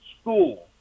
school